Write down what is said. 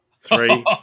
Three